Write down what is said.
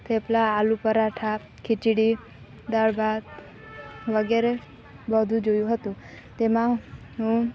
થેપલા આલુ પરાઠા ખિચડી દાળ ભાત વગેરે બધુ જોયું હતું તેમા હું